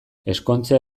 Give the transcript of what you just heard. ezkontzea